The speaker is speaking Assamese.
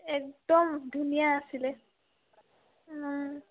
একদম ধুনীয়া আছিলে